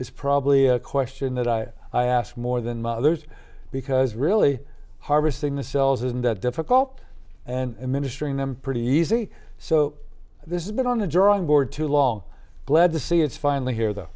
is probably a question that i i asked more than mothers because really harvesting the cells isn't that difficult and ministering them pretty easy so this is a bit on the drawing board too long glad to see it's finally here th